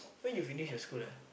when you finish your school ah